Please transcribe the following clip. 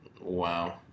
Wow